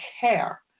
care